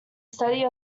study